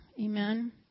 Amen